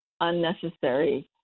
unnecessary